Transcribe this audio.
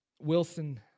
Wilson